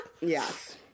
yes